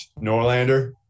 Norlander